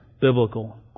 biblical